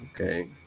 Okay